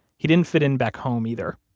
he didn't fit in back home either.